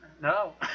No